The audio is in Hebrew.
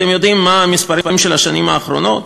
אתם יודעים מה המספרים של השנים האחרונות?